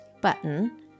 button